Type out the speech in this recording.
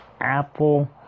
Apple